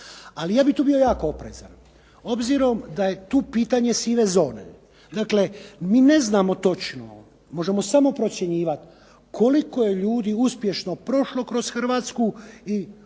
Ali ja bih tu bio jako oprezan. Obzirom da je tu pitanje sive zone, dakle mi ne znamo točno, možemo samo procjenjivati koliko je ljudi uspješno prošlo kroz Hrvatsku i